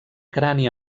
crani